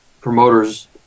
promoters